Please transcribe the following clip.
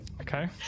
okay